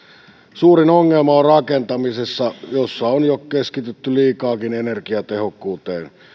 suurin ongelma on rakentamisessa jossa on jo keskitytty liikaakin energiatehokkuuteen